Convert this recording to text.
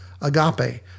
agape